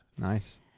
Nice